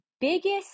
biggest